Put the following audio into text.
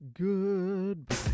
Goodbye